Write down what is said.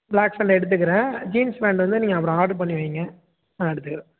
block pant எடுத்துக்கிறேன் jeans pant வந்து நீங்கள் அப்பறம் ஆட்ரு பண்ணி வைங்க நான் எடுத்துக்கிறேன்